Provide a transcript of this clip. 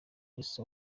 elsa